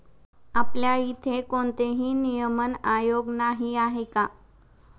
आपल्या इथे कोणतेही नियमन आयोग नाही आहे का?